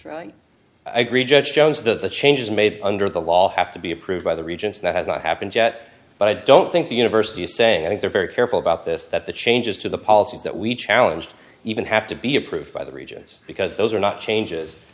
i agree judge jones that the changes made under the law have to be approved by the regents that has not happened yet but i don't think the university is saying i think they're very careful about this that the changes to the policies that we challenge even have to be approved by the regents because those are not changes